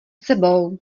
sebou